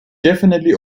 definitely